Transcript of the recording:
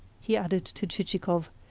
he added to chichikov,